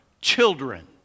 children